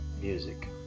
music